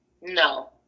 No